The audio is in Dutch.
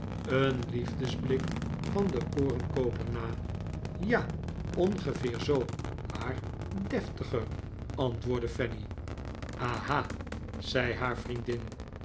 een liefdesblik van den korenkooper na ja ongeveer zoo maar deftiger antwoordde fanny aha zei haar vriendin